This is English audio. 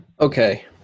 Okay